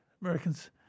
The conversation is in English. Americans